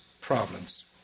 problems